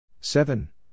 seven